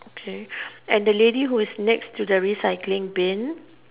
okay and the lady who is next to the recycling Bin